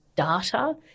data